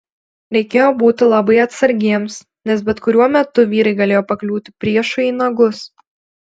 reikėjo būti labai atsargiems nes bet kuriuo metu vyrai galėjo pakliūti priešui į nagus